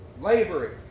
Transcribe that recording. laboring